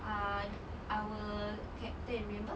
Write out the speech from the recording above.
ah our captain remember